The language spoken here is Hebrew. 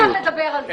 מותר לדבר על זה?